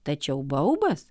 tačiau baubas